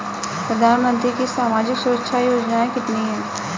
प्रधानमंत्री की सामाजिक सुरक्षा योजनाएँ कितनी हैं?